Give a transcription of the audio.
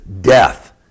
death